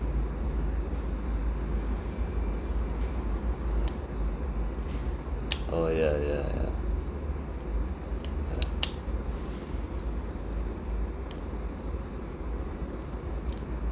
orh ya ya ya ya lah